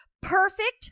Perfect